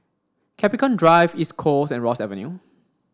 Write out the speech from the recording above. Capricorn Drive East Coast and Ross Avenue